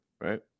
right